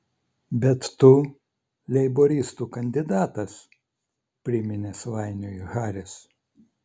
bet tu leiboristų kandidatas priminė svainiui haris